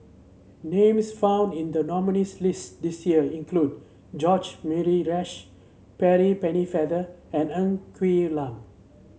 names found in the nominees' list this year include George Murray Reith Percy Pennefather and Ng Quee Lam